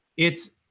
it's,